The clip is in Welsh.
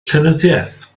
llenyddiaeth